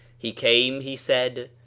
he came, he said,